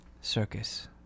circus